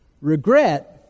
Regret